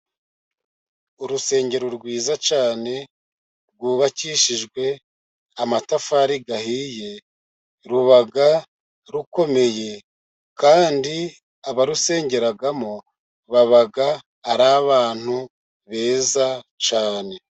Urusengero rwiza cyane rwubakishijwe amatafari ahiye ruba rukomeye, kandi abarusengeramo baba ari abantu beza cyane.